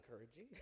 encouraging